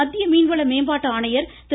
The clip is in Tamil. இதேபோல் மத்திய மீன்வள மேம்பாட்டு ஆணையர் திரு